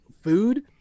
food